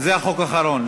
זה החוק האחרון,